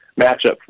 matchup